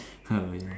[ho] is it